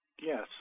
Yes